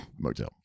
Motel